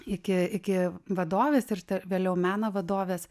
iki iki vadovės ir vėliau meno vadovės